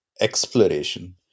exploration